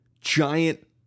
giant